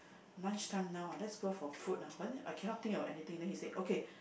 lunch time now let's go for food ah but then I cannot think of anything then he said okay